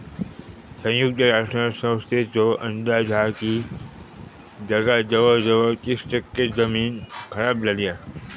संयुक्त राष्ट्र संस्थेचो अंदाज हा की जगात जवळजवळ तीस टक्के जमीन खराब झाली हा